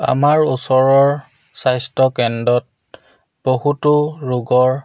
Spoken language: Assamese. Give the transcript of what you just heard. আমাৰ ওচৰৰ স্বাস্থ্য কেন্দ্ৰত বহুতো ৰোগৰ